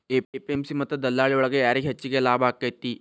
APMC ಮತ್ತ ದಲ್ಲಾಳಿ ಒಳಗ ಯಾರಿಗ್ ಹೆಚ್ಚಿಗೆ ಲಾಭ ಆಕೆತ್ತಿ?